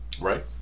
Right